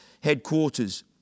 headquarters